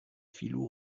filous